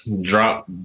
drop